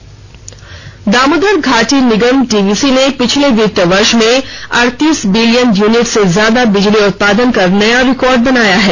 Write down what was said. DVC Damodar घाटी निगम DVC ने पिछले वित्तीय वर्ष में अड़तीस बिलियन यूनिट से ज्यादा बिजली उत्पादन कर नया रिकॉर्ड बनाया है